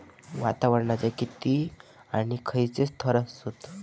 वातावरणाचे किती आणि खैयचे थर आसत?